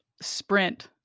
sprint